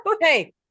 Hey